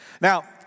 Now